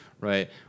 right